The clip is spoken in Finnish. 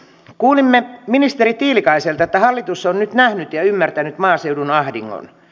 kuulimme ministeri tiilikaiselta että hallitus on nyt nähnyt ja ymmärtänyt maaseudun ahdingon